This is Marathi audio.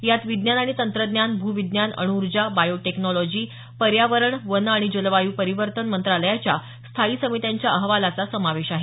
यात विज्ञान आणि तंत्रज्ञान भूविज्ञान अण् ऊर्जा बायोटेक्नोलॉजी पर्यावरण वन आणि जलवाय् परिवर्तन मंत्रालयाच्या स्थायी समित्यांचा अहवालाचा समावेश आहे